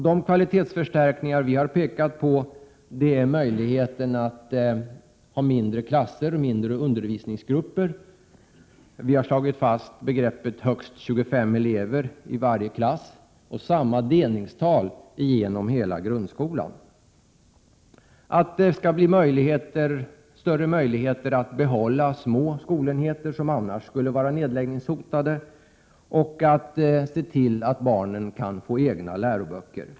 De kvalitetsförstärkningar som vi har pekat på är möjligheten till mindre klasser och mindre undervisningsgrupper. Vi har slagit fast begreppet ”högst 25 elever i varje klass” och samma delningstal genom hela grundskolan. Möjligheterna bör bli större att behålla små skolenheter som annars skulle vara nedläggningshotade, och barnen skall få egna läroböcker.